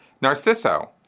Narciso